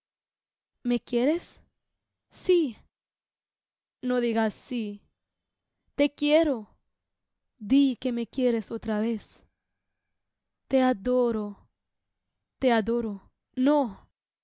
me quieres sí no digas sí te quiero di que me quieres otra vez te adoro te adoro no